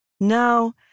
Now